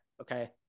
okay